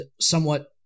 somewhat